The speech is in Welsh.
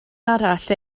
arall